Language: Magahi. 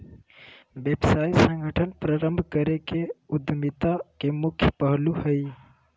व्यावसायिक संगठन प्रारम्भ करे के उद्यमिता के मुख्य पहलू हइ